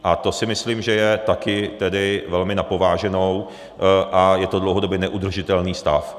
A to si myslím, že je tedy taky velmi na pováženou a je to dlouhodobě neudržitelný stav.